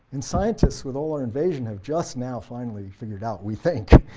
and scientists, with all our investigations, have just now finally figured out, we think,